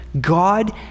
God